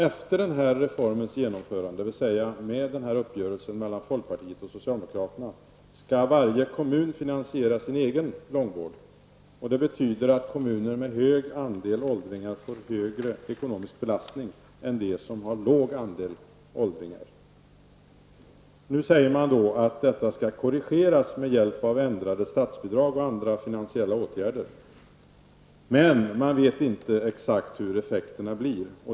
Efter reformens genomförande, dvs. med uppgörelsen mellan folkpartiet och socialdemokraterna, skall varje kommun finansiera sin egen långvård. Det betyder att kommuner med hög andel åldringar får större ekonomisk belastning än de kommuner som har en låg andel åldringar. Nu säger man att detta skall korrigeras med hjälp av ändrade statsbidrag och andra finansiella åtgärder. Men man vet inte exakt hur effekterna blir.